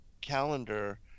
calendar